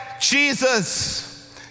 Jesus